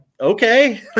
Okay